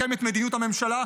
לקיים את מדיניות הממשלה,